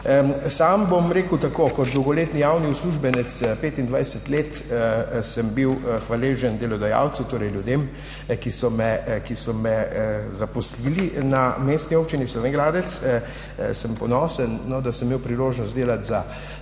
Sam bom rekel tako. Kot dolgoletni javni uslužbenec – 25 let sem bil hvaležen delodajalcu, torej ljudem, ki so me zaposlili na Mestni občini Slovenj Gradec, ponosen sem, da sem imel priložnost delati za